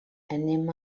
anem